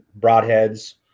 broadheads